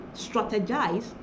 strategize